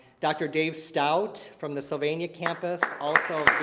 dr. dave stout from the sylvania campus, also